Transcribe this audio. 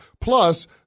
Plus